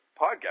podcast